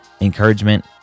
encouragement